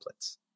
templates